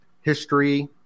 history